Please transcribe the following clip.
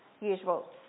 usual